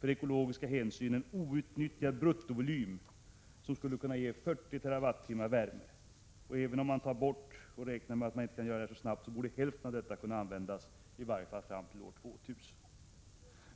för ekologiska hänsyn — en outnyttjad bruttovolym på ca 20 miljoner kubikmeter per år .” Även om detta inte kan göras så snabbt, borde hälften kunna användas i varje fall fram till år 2000.